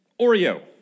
Oreo